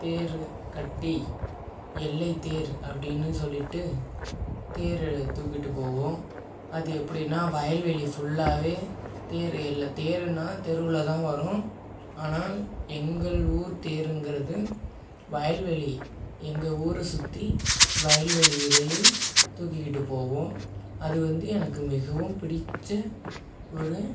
தேர் கட்டி எல்லை தேர் அப்டின்னு சொல்லிட்டு தேர் தூக்கிட்டு போவோம் அது எப்படின்னா வயல்வெளி ஃபுல்லாவே தேர் இல்லை தேருன்னால் தெருவில்தான் வரும் ஆனால் எங்கள் ஊர் தேருங்கிறது வயல்வெளி எங்கள் ஊரை சுற்றி வயல்வெளி இடையே தூக்கிக்கிட்டு போவோம் அது வந்து எனக்கு மிகவும் பிடிச்ச ஒரு